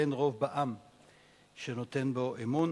אין רוב בעם שנותן בו אמון,